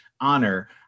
honor